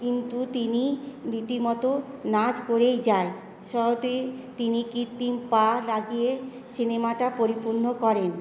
কিন্তু তিনি রীতিমতো নাচ করেই যায় তিনি কৃত্রিম পা লাগিয়ে সিনেমাটা পরিপূর্ণ করেন